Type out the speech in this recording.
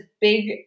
big